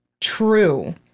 true